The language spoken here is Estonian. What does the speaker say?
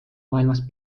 maailmas